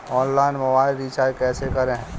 Online mobile recharge कैसे करें?